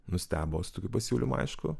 nustebo su tokiu pasiūlymu aišku